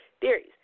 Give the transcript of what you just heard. theories